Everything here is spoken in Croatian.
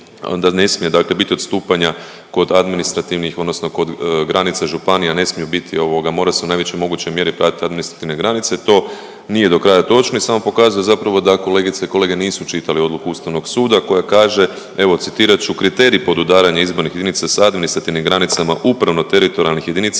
da ne smije dakle biti odstupanja kod administrativnih odnosno kod granica županija ne smije biti ovoga, mora se u najvećoj mogućoj mjeri pratiti administrativne granice. To nije do kraja točno i samo pokazuje zapravo da kolegice i kolege nisu čitali odluku Ustavnog suda koja kaže evo citirat ću, kriterij podudaranja izbornih jedinica sa administrativnim granicama upravno teritorijalnih jedinica